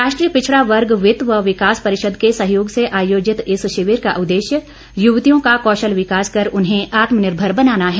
राष्ट्रीय पिछड़ा वर्ग वित्त व विकास परिषद के सहयोग से आयोजित इस शिविर का उद्देश्य युवतियों का कौशल विकास कर उन्हें आत्मनिर्भर बनाना है